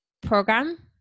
program